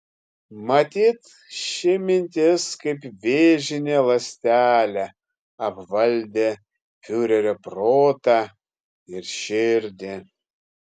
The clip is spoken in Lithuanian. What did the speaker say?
matyt ši mintis kaip vėžinė ląstelė apvaldė fiurerio protą ir širdį